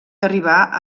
arribar